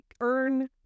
earn